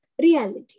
reality